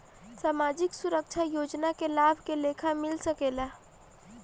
सामाजिक सुरक्षा योजना के लाभ के लेखा मिल सके ला?